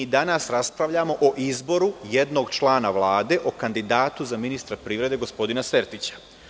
Danas raspravljamo o izboru jednog člana Vlade, o kandidatu za ministra privrede gospodina Sertića.